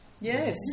Yes